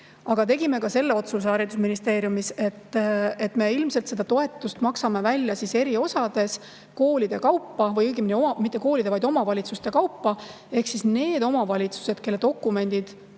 Aga me tegime ka selle otsuse haridusministeeriumis, et me ilmselt maksame seda toetust välja eri osades koolide kaupa või õigemini mitte koolide, vaid omavalitsuste kaupa. Need omavalitsused, kelle dokumendid on